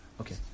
Okay